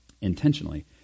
intentionally